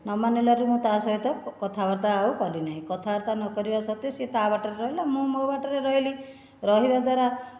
ନ ମାନିଲାଠୁ ମୁଁ ତା'ସହିତ କଥାବାର୍ତ୍ତା ଆଉ କଳିନେଇ କଥାବାର୍ତ୍ତା ନକରିବା ସତ୍ତ୍ୱେ ସେ ବାଟରେ ରହିଲେ ମୁଁ ମୋ ବାଟରେ ରହିଲି ରହିବ ଦ୍ୱାରା